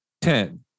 Ten